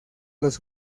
los